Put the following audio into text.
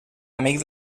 amic